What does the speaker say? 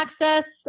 access